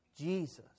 Jesus